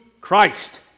Christ